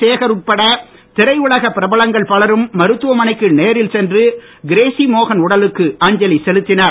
சேகர் உட்பட திரைஉலகப் பிரபலங்கள் பலரும் மருத்துவமனைக்கு நேரில் சென்று கிரேசி மோகன் உடலுக்கு அஞ்சலி செலுத்தினர்